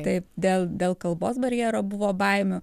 taip dėl dėl kalbos barjero buvo baimių